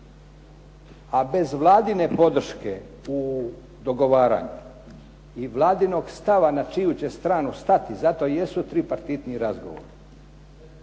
A bez Vladine podrške u dogovaranju i Vladinog stava na čiju će stranu stati zato i jesu tripartitni razgovori.